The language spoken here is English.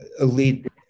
elite